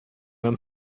him